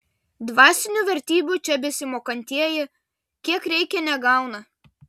dvasinių vertybių čia besimokantieji kiek reikia negauna